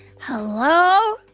Hello